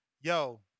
yo